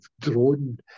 drone